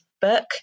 book